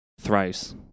thrice